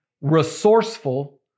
resourceful